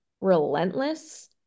relentless